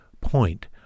point